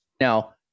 Now